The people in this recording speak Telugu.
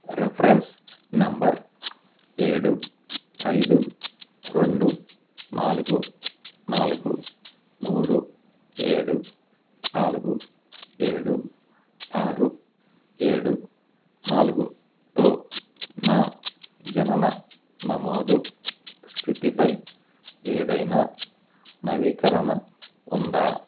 రిఫరెన్స్ నెంబర్ ఏడు ఐదు రెండు నాలుగు నాలుగు మూడు ఏడు నాలుగు ఏడు ఆరు ఏడు నాలుగుతో నా జనన నమోదు స్థితిపై ఏదైనా నవీకరణ ఉందా